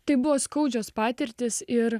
tai buvo skaudžios patirtys ir